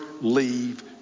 leave